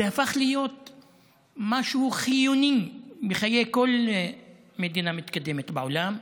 זה הפך להיות משהו חיוני בחיי כל מדינה מתקדמת בעולם,